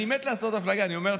אני מת לעשות הפלגה, אני אומר לך.